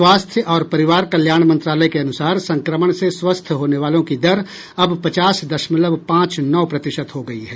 स्वास्थ्य और परिवार कल्याण मंत्रालय के अनुसार संक्रमण से स्वस्थ होने वालों की दर अब पचास दशमलव पांच नौ प्रतिशत हो गई है